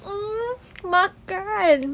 mm makan